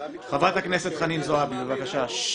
חברת הכנסת חנין זועבי, בבקשה.